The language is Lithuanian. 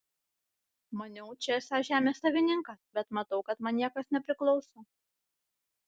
maniau čia esąs žemės savininkas bet matau kad man niekas nepriklauso